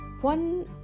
one